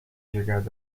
شرکت